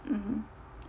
mm